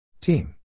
Team